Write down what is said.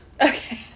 okay